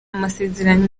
amasezerano